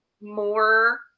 more